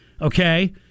okay